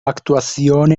actuación